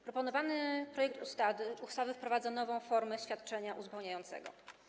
Proponowany projekt ustawy wprowadza nową formę świadczenia uzupełniającego.